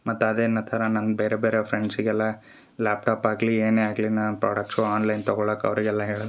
ಮತ್ತು ಅದೇನ ಥರ ನನ್ಗ ಬೇರೆ ಬೇರೆ ಫ್ರೆಂಡ್ಸಿಗೆಲ್ಲ ಲ್ಯಾಪ್ಟಾಪ್ ಆಗಲಿ ಏನೇ ಆಗಲಿ ನಾ ಪ್ರಾಡಕ್ಟ್ಸು ಆನ್ಲೈನ್ ತಗೊಳಕ್ಕೆ ಅವರಿಗೆಲ್ಲ ಹೇಳಿ